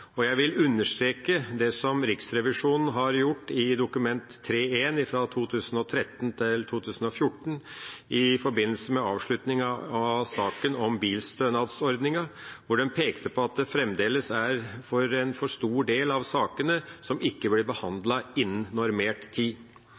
Jeg vil understreke det som Riksrevisjonen har sagt i Dokument 3:1 for 2013–2014 i forbindelse med avslutningen av saken om bilstønadsordningen, hvor den pekte på at det fremdeles er en for stor del av sakene som ikke blir